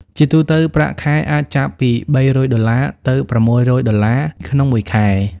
ជាទូទៅ ប្រាក់ខែអាចចាប់ពី $300 ទៅ $600 (USD) ក្នុងមួយខែ។